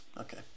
okay